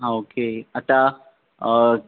हा ओके आतां